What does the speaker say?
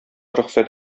рөхсәт